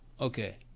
okay